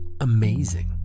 amazing